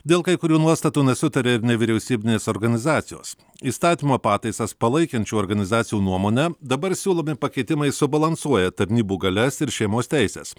dėl kai kurių nuostatų nesutarė ir nevyriausybinės organizacijos įstatymo pataisas palaikančių organizacijų nuomone dabar siūlomi pakeitimai subalansuoja tarnybų galias ir šeimos teises